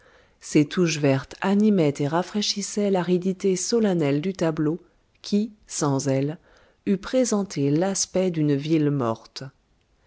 ces touches vertes animaient et rafraîchissaient l'aridité solennelle du tableau qui sans elles eût présenté l'aspect d'une ville morte